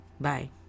bye